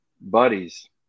buddies